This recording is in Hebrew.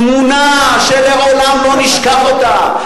תמונה שלעולם לא נשכח אותה,